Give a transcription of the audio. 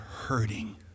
hurting